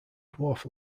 dwarf